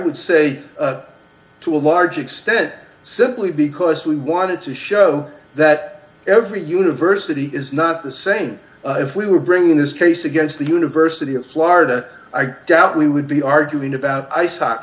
would say to a large extent simply because we wanted to show that every university is not the same if we were bringing this case against the university of florida i doubt we would be arguing about ice hockey